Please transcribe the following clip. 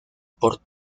por